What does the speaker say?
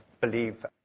believe